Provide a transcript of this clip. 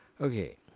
Okay